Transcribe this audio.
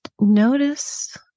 notice